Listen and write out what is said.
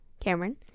Cameron